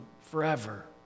forever